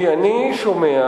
כי אני שומע,